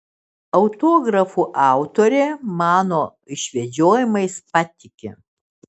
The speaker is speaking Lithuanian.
autografų autorė mano išvedžiojimais patiki